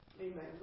Amen